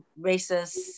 racist